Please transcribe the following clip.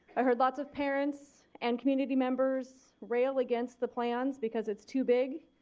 i heard lots of parents and community members rail against the plans because it's too big.